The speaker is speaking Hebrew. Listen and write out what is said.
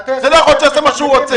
לא יכול להיות שהוא יעשה מה שהוא רוצה.